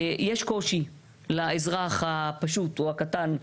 יש קושי לאזרח הפשוט או הקטן,